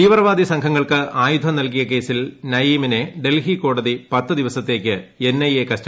തീവ്രവാദി സംഘങ്ങൾക്ക് ആയുധം നൽകിയ കേസിൽ നയീമിനെ ഡൽഹി കോടതി പത്ത് ദിവസത്തേയ്ക്ക് എൻ ഐ എ കസ്റ്റഡിയിൽ വിട്ടു